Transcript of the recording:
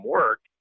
work